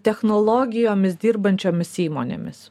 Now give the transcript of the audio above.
technologijomis dirbančiomis įmonėmis